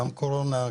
גם קורונה,